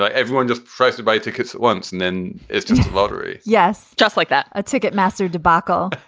ah everyone just tries to buy tickets at once and then it's just a lottery yes. just like that ah ticketmaster debacle.